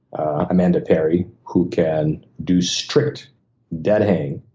amanda perry, who can do strict dead hang,